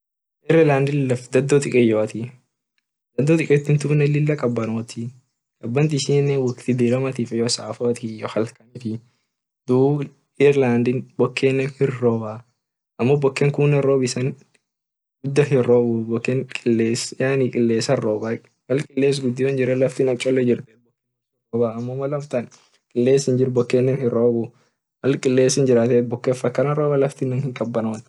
Ireland laf dado dikeyoatii dado diketi tunne lila kabanotii kaban ishiane wokti diratif iyo safoatii iyo halkanitii dub ireland bokee hinrobaa amo boken kunne guda hinrobuu amine kilsan robaa mal kiles gudio jirtinne laftin ak cholle jirt amo mal amtan kiles hinjir bokene hinrobuu mal kiles jirate boken fakana roba